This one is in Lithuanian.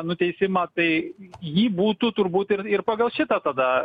nuteisimą tai jį būtų turbūt ir ir pagal šitą tada